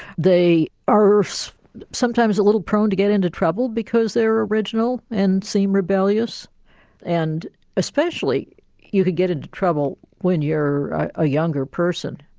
they are sometimes a little prone to get into trouble because they are original and seem rebellious and especially you could get into trouble when you're a younger person.